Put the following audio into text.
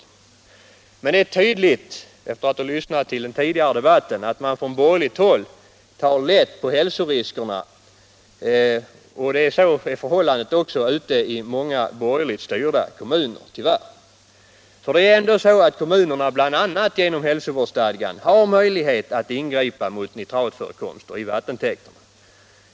s Men efter att ha lyssnat till den tidigare debatten finner jag att det är tydligt att man från borgerligt håll tar lätt på hälsoriskerna. Så är förhållandet också ute i många borgerligt styrda kommuner. Det är ju ändå så att kommunerna bl.a. genom hälsovårdsstadgan har möjlighet att ingripa mot nitratförekomster i vattentäkterna.